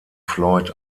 floyd